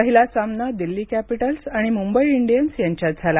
पहिला सामना दिल्ली कॅपिटल्स आणि मुंबई इंडियन्स यांच्यात झाला